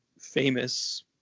famous